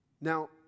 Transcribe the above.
Now